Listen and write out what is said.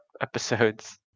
episodes